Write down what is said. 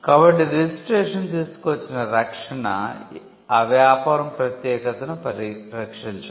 కాబట్టి రిజిస్ట్రేషన్ తీసుకువచ్చిన రక్షణ ఆ వ్యాపారం 'ప్రత్యేకతను' పరిరక్షించడం